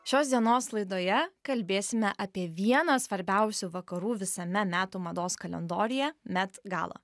šios dienos laidoje kalbėsime apie vieną svarbiausių vakarų visame metų mados kalendoriuje met gala